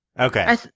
Okay